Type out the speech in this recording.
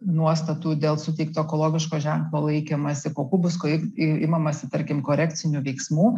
nuostatų dėl suteikto ekologiško ženklo laikymąsi kokių paskui imamasi tarkim korekcinių veiksmų